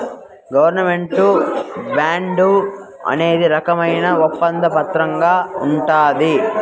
government bond అనేది రకమైన ఒప్పంద పత్రంగా ఉంటది